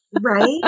Right